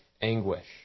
anguish